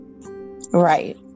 right